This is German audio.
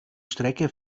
strecke